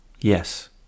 Yes